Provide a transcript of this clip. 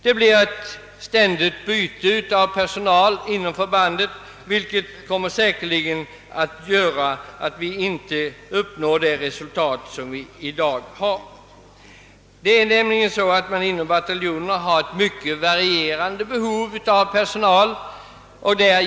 Det blir ett ständigt byte av personal inom förbanden, vilket säkerligen kommer att göra att samma resultat som i dag inte kan uppnås. Bataljonerna har nämligen mycket varierande behov av personal under ett utbildningsår.